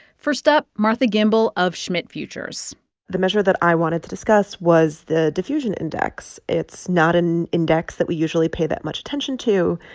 first up, martha gimbel of schmidt futures the measure that i wanted to discuss was the diffusion index. it's not an index that we usually pay that much attention to.